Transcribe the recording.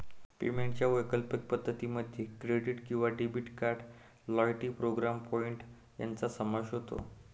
पेमेंटच्या वैकल्पिक पद्धतीं मध्ये क्रेडिट किंवा debit card, loyalty programme point यांचा समावेश होतो